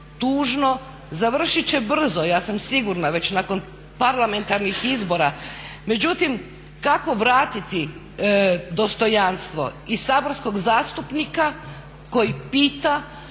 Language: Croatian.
tužno završit će brzo ja sam sigurna već nakon parlamentarnih izbora. Međutim kako vratiti dostojanstvo i saborskog zastupnika koji pita